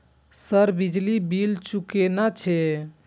Sir बिजली bill चूकेना छे?